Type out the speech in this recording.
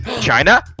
China